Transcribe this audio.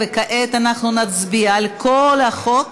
וכעת נצביע על כל החוק